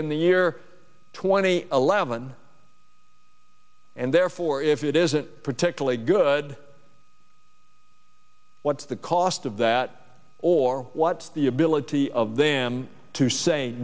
in the year twenty eleven and therefore if it isn't particularly good what's the cost of that or what's the ability of them to say